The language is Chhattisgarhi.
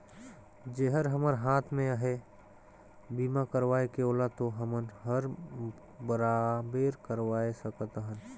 जेहर हमर हात मे अहे बीमा करवाये के ओला तो हमन हर बराबेर करवाये सकत अहन